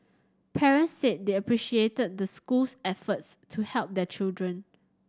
parents said they appreciated the school's efforts to help their children